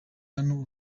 hano